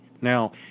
Now